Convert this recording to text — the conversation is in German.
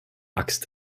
axt